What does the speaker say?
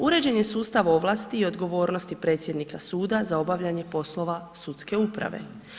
Uređen je sustav ovlasti i odgovornosti predsjednika suda za obavljanje poslova sudske uprave.